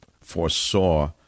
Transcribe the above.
foresaw